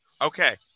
Okay